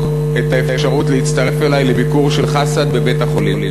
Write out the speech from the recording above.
את האפשרות להצטרף אלי לביקור של חסן בבית-החולים.